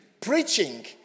preaching